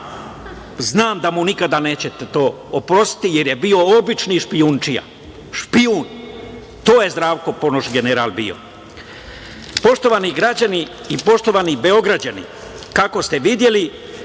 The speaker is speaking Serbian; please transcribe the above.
znam da mu nikada nećete to oprostiti jer je bio obični špijundžija. Špijun, to je Zdravko Ponoš general bio. Poštovani građani i poštovani Beograđani, kako ste videli,